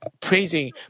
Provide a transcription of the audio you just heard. praising